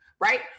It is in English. right